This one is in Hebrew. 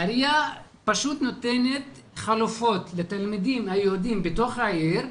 העירייה פשוט נותנת חלופות לתלמידים היהודים בתוך העיר,